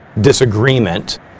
disagreement